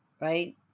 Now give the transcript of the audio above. right